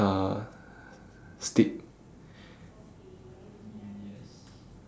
uh stick